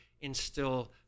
instill